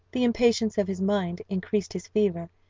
the impatience of his mind increased his fever,